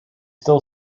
still